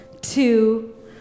two